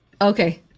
Okay